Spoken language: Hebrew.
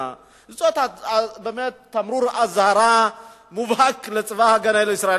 הוא תמרור אזהרה מובהק לצבא-הגנה לישראל.